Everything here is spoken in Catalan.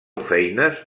feines